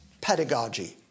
pedagogy